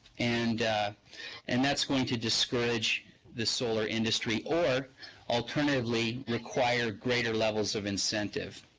and and that's going to discourage the solar industry or alternatively require greater levels of incentive.